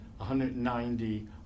190